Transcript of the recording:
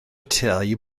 tei